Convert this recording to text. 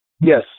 Yes